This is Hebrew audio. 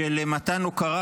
של מתן הוקרה